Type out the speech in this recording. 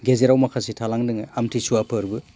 गेजेराव माखासे थालांदोङो आमथिसुवा फोरबो